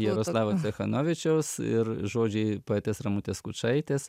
jaroslavo cechanovičiaus ir žodžiai poetės ramutės skučaitės